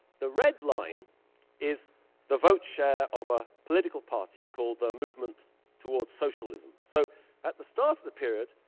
the red line is the vote share of a political party called the movement towards socialism. so at the start of the period,